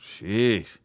jeez